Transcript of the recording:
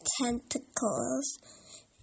tentacles